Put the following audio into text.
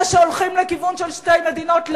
זה שהולכים לכיוון של שתי מדינות לאום,